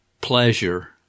pleasure